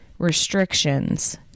restrictions